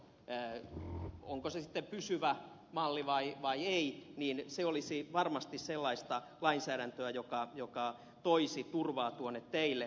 onko se sitten pysyvä malli vai ei se olisi varmasti sellaista lainsäädäntöä joka toisi turvaa tuonne teille